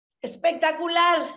espectacular